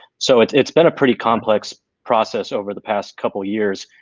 so, it's it's been a pretty complex process over the past couple years,